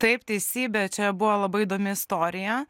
taip teisybė čia buvo labai įdomi istorija